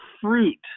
fruit